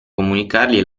comunicargli